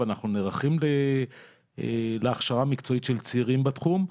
ואנחנו נערכים להכשרה מקצועית של צעירים בתחום.